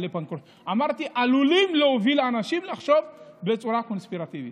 אמרתי: עלולים להוביל אנשים לחשוב בצורה קונספירטיבית,